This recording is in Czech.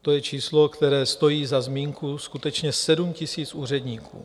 To je číslo, které stojí za zmínku, skutečně, 7 000 úředníků.